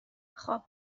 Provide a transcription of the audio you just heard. خواب